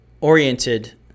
oriented